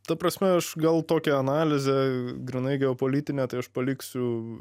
ta prasme aš gal tokią analizę grynai geopolitinę tai aš paliksiu